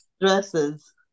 dresses